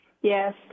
Yes